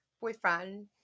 boyfriend